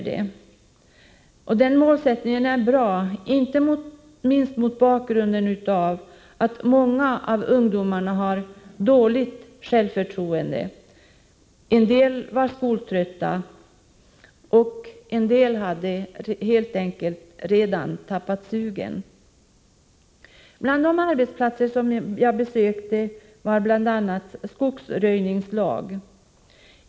Denna målsättning är bra inte minst mot bakgrund av att många av ungdomarna har dåligt självförtroende. En del var skoltrötta, och en del hade helt enkelt redan tappat sugen. Bland de arbetsplatser som jag besökte kan jag nämna skogsröjningslag.